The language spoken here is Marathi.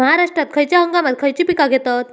महाराष्ट्रात खयच्या हंगामांत खयची पीका घेतत?